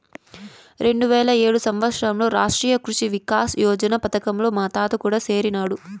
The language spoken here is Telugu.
రెండువేల ఏడు సంవత్సరంలో రాష్ట్రీయ కృషి వికాస్ యోజన పథకంలో మా తాత కూడా సేరినాడు